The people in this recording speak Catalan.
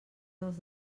dels